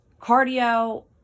cardio